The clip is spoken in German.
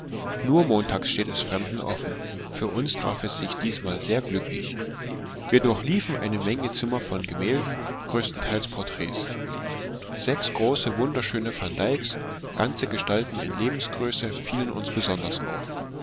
nur montags steht es fremden offen für uns traf es sich diesmal sehr glücklich wir durchliefen eine menge zimmer voll gemälden größtenteils porträts sechs große wunderschöne van dycks ganze gestalten in lebensgröße fielen uns besonders auf